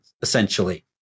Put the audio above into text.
essentially